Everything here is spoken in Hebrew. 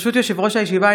ברשות יושב-ראש הישיבה,